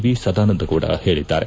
V Sadananda Gowda ಹೇಳಿದ್ದಾರೆ